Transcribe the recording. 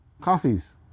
Coffees